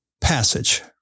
passage